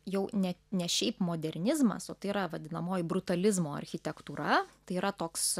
jau ne ne šiaip modernizmas o tai yra vadinamoji brutalizmo architektūra tai yra toks